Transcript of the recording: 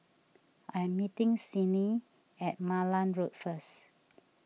I'm meeting Sydni at Malan Road first